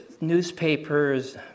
newspapers